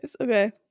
Okay